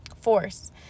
force